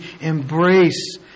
embrace